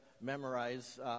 memorize